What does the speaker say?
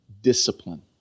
discipline